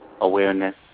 awareness